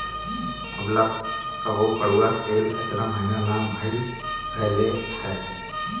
अबले कबो कड़ुआ तेल एतना महंग ना भईल रहल हअ